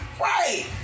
Right